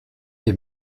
est